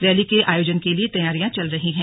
rally के आयोजन के लिए तैयारियां चल रही हैं